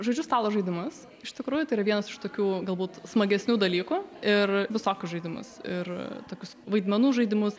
žaidžiu stalo žaidimus iš tikrųjų tai yra vienas iš tokių galbūt smagesnių dalykų ir visokius žaidimus ir tokius vaidmenų žaidimus